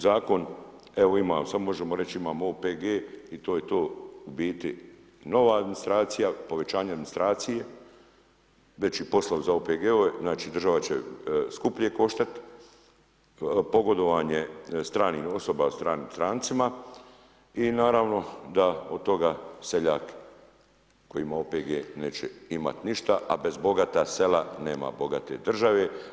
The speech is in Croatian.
Zakon evo ima … samo možemo reći imamo OPG i to je to u biti nova administracija, povećanje administracije veći poslovi za OPG-ove znači država će skuplje koštati pogodovanje strancima i naravno da od toga seljak koji ima OPG neće imati ništa, a bez bogata sela nema bogate države.